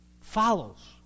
follows